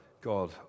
God